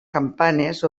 campanes